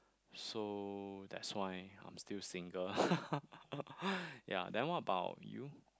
so that's why I am still single ya then what about you